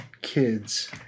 kids